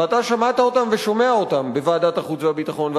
ואתה שמעת אותם ושומע אותם בוועדת החוץ והביטחון,